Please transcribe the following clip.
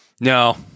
No